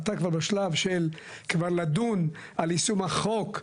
אתה כבר בשלב של לדון על יישום החוק,